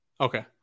Okay